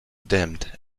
dimmed